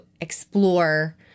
explore